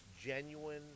genuine